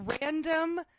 random